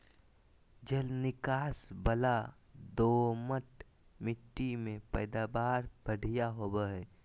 जल निकास वला दोमट मिट्टी में पैदावार बढ़िया होवई हई